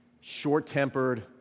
short-tempered